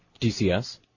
DCS